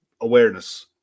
awareness